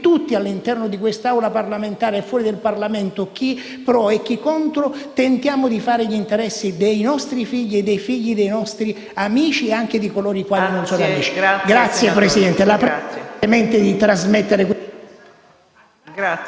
tutti all'interno di quest'Aula parlamentare e fuori di essa, chi pro e chi pronto, tentiamo di fare gli interessi dei nostri figli, dei figli dei nostri amici ed anche di coloro i quali non sono amici. Presidente, la